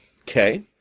Okay